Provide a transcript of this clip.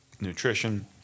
nutrition